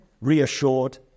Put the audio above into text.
reassured